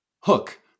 Hook